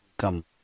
Come